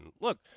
Look